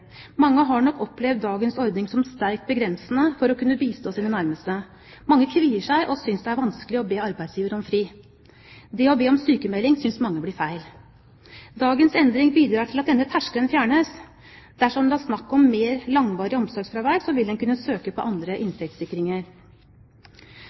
Mange har nok opplevd dagens ordning som sterkt begrensende for å kunne bistå sine nærmeste. Mange kvier seg og synes det er vanskelig å be arbeidsgiver om fri. Det å be om sykmelding synes mange blir feil. Dagens endring bidrar til at denne terskelen fjernes. Dersom det er snakk om mer langvarig omsorgsfravær, vil en kunne søke på andre